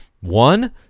One